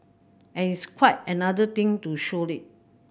and its quite another thing to show it